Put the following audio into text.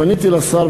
אני פניתי לשר,